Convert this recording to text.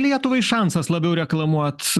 lietuvai šansas labiau reklamuot